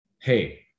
hey